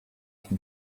can